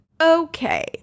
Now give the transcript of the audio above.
Okay